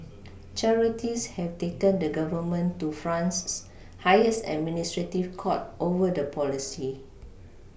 charities have taken the Government to France's highest administrative court over the policy